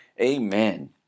Amen